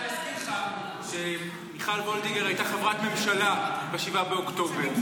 אני רוצה להזכיר לך שמיכל וולדיגר הייתה חברת ממשלה ב-7 באוקטובר.